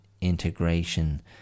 integration